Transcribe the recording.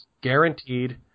Guaranteed